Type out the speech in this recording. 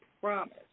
promise